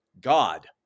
God